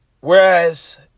Whereas